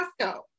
Costco